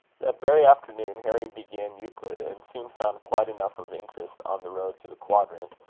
that very afternoon harry began euclid, and soon found quite enough of interest on the road to the quadrant,